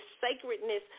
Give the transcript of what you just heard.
sacredness